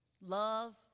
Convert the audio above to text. Love